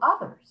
others